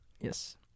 Yes